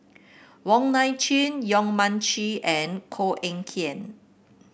Wong Nai Chin Yong Mun Chee and Koh Eng Kian